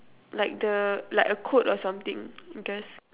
like the like a quote or something I guess